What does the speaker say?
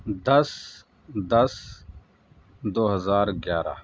دس دس دو ہزار گیارہ